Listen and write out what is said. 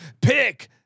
Pick